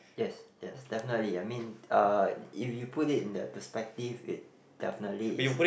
yes yes definitely I mean (uh)if you put it in that perspective it definitely is